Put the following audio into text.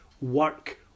work